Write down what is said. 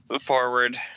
forward